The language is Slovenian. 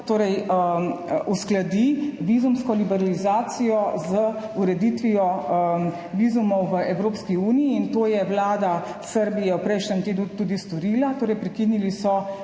Srbija uskladi vizumsko liberalizacijo z ureditvijo vizumov v Evropski uniji. In to je Vlada Srbije v prejšnjem tednu tudi storila. Torej prekinili in